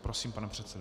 Prosím, pane předsedo.